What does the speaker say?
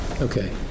Okay